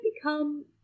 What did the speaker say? become